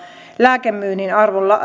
lääkemyynnin arvon